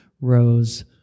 rose